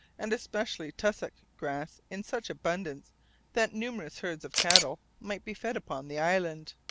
and especially tussock grass in such abundance that numerous herds of cattle might be fed upon the island.